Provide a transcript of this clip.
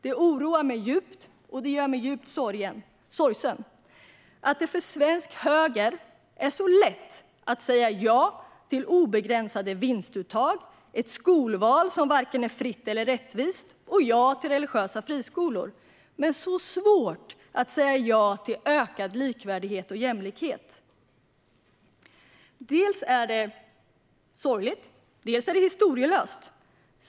Det oroar mig djupt och gör mig djupt sorgsen att det för svensk höger är så lätt att säga ja till obegränsade vinstuttag och ett skolval som varken är fritt eller rättvist och ja till religiösa friskolor, men att det är så svårt att säga ja till ökad likvärdighet och jämlikhet. Dels är det sorgligt, dels är det historielöst.